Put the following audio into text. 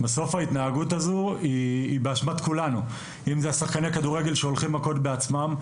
ובסוף ההתנהגות הזאת היא באשמת כולנו: שחקני כדורגל שהולכים מכות בעצמם,